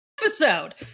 episode